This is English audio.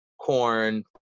corn